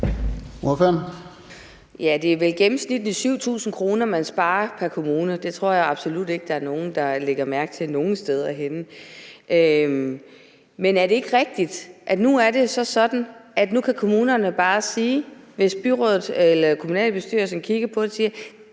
Det er vel gennemsnitligt 7.000 kr., man sparer pr. kommune. Det tror jeg absolut ikke der er nogen der lægger mærke til nogen steder. Men er det ikke rigtigt, at det er sådan nu, at kommunerne, hvis kommunalbestyrelsen kigger på det, bare kan sige, at